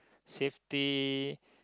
safety